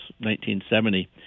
1970